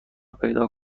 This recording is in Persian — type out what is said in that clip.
پیدا